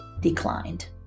declined